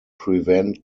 prevent